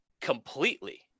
completely